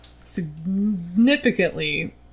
significantly